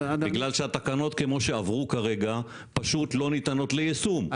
בגלל שהתקנות כמו שעברו כרגע פשוט לא ניתנות ליישום,